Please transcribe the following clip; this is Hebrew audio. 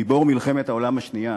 גיבור מלחמת העולם השנייה,